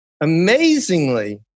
amazingly